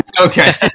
Okay